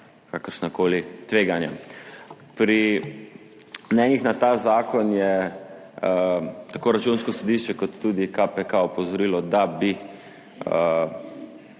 kakršnakoli tveganja. Pri mnenjih na ta zakon je tako Računsko sodišče kot tudi KPK opozorilo, da bi